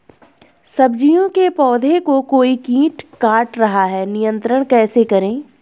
सब्जियों के पौधें को कोई कीट काट रहा है नियंत्रण कैसे करें?